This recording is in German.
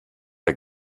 der